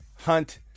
Hunt